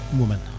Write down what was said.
woman